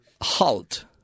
Halt